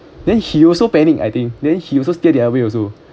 then he also panic I think then he also steer the other way also